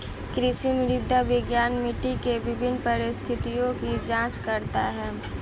कृषि मृदा विज्ञान मिट्टी के विभिन्न परिस्थितियों की जांच करता है